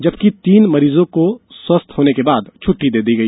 जबकि तीन मरीजों को स्वस्थ होने के बाद छुट्टी दे दी गई